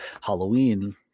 Halloween